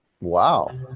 Wow